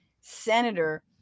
senator